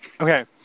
Okay